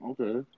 Okay